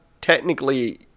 technically